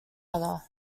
other